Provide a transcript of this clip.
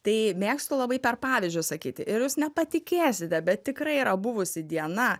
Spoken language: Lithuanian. tai mėgstu labai per pavyzdžius sakyti ir jūs nepatikėsite bet tikrai yra buvusi diena